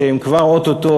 שאו-טו-טו,